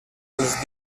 els